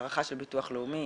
הערכה של ביטוח לאומי,